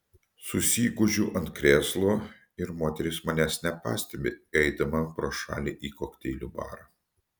susigūžiu ant krėslo ir moteris manęs nepastebi eidama pro šalį į kokteilių barą